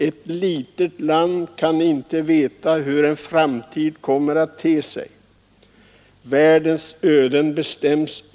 Ett litet land kan inte veta hur framtiden kommer att te sig. Världens öden bestäms.